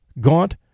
gaunt